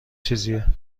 چیزیه